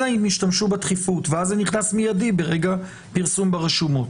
אלא אם ישתמשו בדחיפות ואז זה נכנס מיידי ברגע פרסום ברשומות.